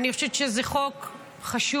אני חושבת שזה חוק חשוב.